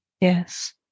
Yes